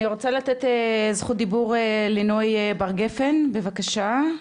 אני רוצה לתת זכות דיבור ללינוי בר גפן, בבקשה.